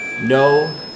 no